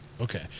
Okay